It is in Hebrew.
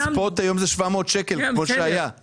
הספוט היום זה 700 שקל, כמו שהיה.